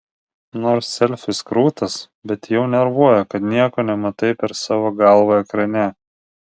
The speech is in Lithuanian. nors selfis krūtas bet jau nervuoja kad nieko nematai per savo galvą ekrane